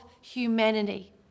humanity